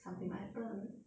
something might happen